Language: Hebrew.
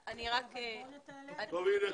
אני לא אחזור בדיוק